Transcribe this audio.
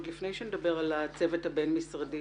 עוד לפני שנדבר על הצוות הבין-משרדי